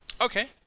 Okay